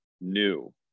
new